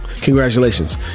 Congratulations